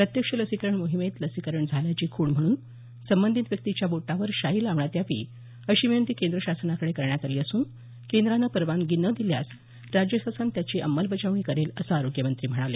प्रत्यक्ष लसीकरण मोहिमेत लसीकरण झाल्याची खूण म्हणून संबंधित व्यक्तीच्या बोटावर शाई लावण्यात यावी अशी विनंती केंद्र शासनाकडे करण्यात आली असून केंद्रानं परवानगी न दिल्यास राज्यशासन त्याची अंमलबजावणी करेल असं आरोग्यमंत्री म्हणाले